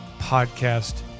podcast